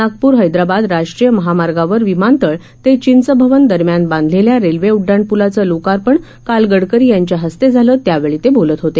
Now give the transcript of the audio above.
नागपूर हैदराबाद राष्ट्रीय महामार्गावर विमानतळ ते चिंचभवन दरम्यान बांधलेल्या रेल्वे उडडाण पुलाचं लोकार्पण काल गडकरी यांच्या हस्ते झालं त्यावेळी ते बोलत होते